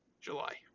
July